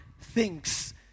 thinks